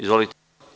Izvolite.